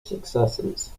successes